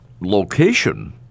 location